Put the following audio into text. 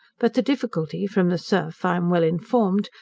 but the difficulty, from the surf, i am well informed,